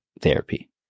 therapy